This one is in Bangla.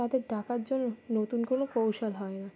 তাদের ডাকার জন্য নতুন কোনো কৌশল হয় না